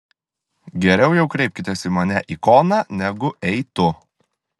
geriau jau kreipkitės į mane ikona negu ei tu